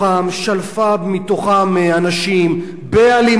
שלפה מתוכם אנשים באלימות.